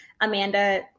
Amanda